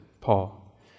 Paul